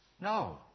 No